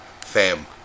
Fam